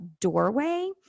doorway